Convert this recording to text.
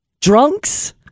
Drunks